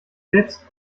selbst